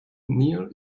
near